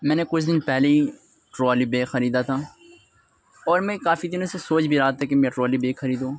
میں نے کچھ دن پہلے ہی ٹرالی بیگ خریدا تھا اور میں کافی دنوں سے سوچ بھی رہا تھا کہ میں ٹرالی بیگ خریدوں